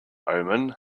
omen